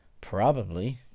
Probably